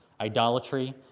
idolatry